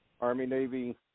Army-Navy